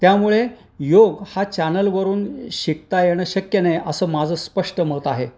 त्यामुळे योग हा चॅनलवरून शिकता येणं शक्य नाही असं माझं स्पष्ट मत आहे